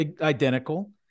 identical